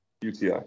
UTI